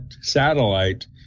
satellite